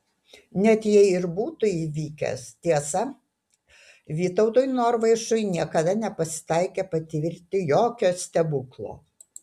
net jei ir būtų įvykęs tiesa vytautui norvaišui niekada nepasitaikė patirti jokio stebuklo